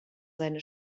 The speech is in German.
seine